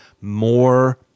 more